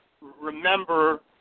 remember